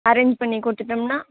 arrange பண்ணி கொடுத்துட்டம்னா